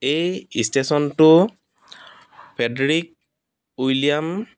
এই ষ্টেশ্যনটো Fredrick William